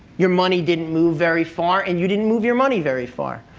your money didn't move very far, and you didn't move your money very far.